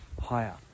higher